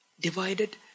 divided